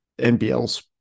nbls